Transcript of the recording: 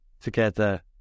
together